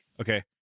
Okay